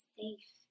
safe